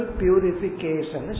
purification